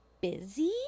busy